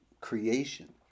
creation